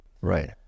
Right